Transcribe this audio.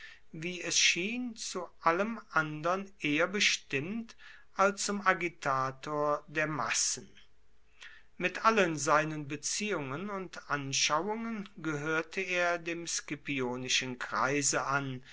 wie es schien zu allem andern eher bestimmt als zum agitator der massen mit allen seinen beziehungen und anschauungen gehörte er dem scipionischen kreise an